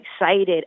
excited